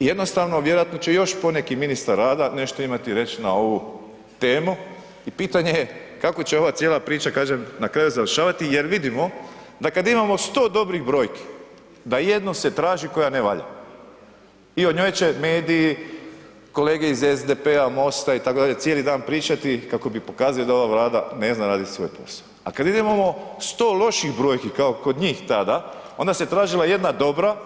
Jednostavno vjerojatno će još poneki ministar rada nešto imati reći na ovu temu i pitanje je kako će ova cijela priča kažem, na kraju završavati jer vidimo da kad imamo 100 dobrih brojki, da jedino se traži koja ne valja i o njoj će mediji, kolege iz SDP-a, MOST-a itd., cijeli dan pričati kako bi pokazali da ova Vlada ne zna raditi svoj posao a kad imamo 100 loših brojki kao njih tada, onda se tražila jedna dobra